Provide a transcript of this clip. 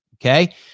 Okay